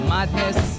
Madness